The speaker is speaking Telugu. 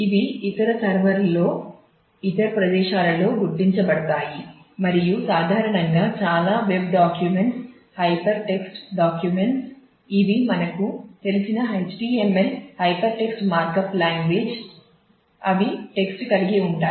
ఇవి ఇతర సర్వర్లలో ఉన్నాయి